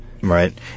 Right